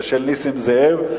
ושל נסים זאב,